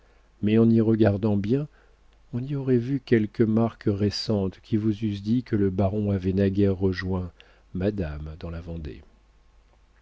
mais en y regardant bien on y aurait vu quelques marques récentes qui vous eussent dit que le baron avait naguère rejoint madame dans la vendée